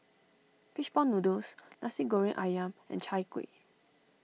Fish Ball Noodles Nasi Goreng Ayam and Chai Kuih